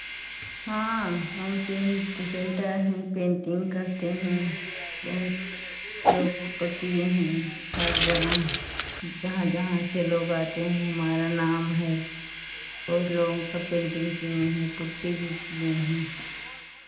हाँ हम paint painter हैं पेन्टिंग करते हैं बहुत लोगों को किये हैं हर जगह जहाँ जहाँ से लोग आते हैं हमारा नाम है बहुत लोगों का पेन्टिंग किये हैं पुट्टी भी किये हैं